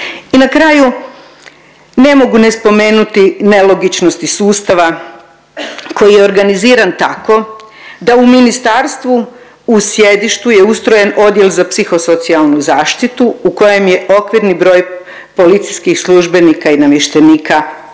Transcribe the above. I na kraju, ne mogu ne spomenuti nelogičnosti sustava koji je organiziran tako da u ministarstvu u sjedištu je ustrojen Odjel za psihosocijalnu zaštitu u kojem je okvirni broj policijskih službenika i namještenika 14.